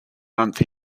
month